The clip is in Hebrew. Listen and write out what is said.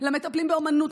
למטפלים באומנות,